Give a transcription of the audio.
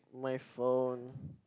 my phone